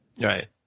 Right